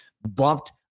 bumped